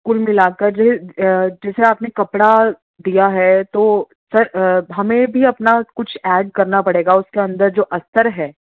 کل ملا کر جیسے آپ نے کپڑا دیا ہے تو سر ہمیں بھی اپنا کچھ ایڈ کرنا پڑے گا اس کے اندر جو استر ہے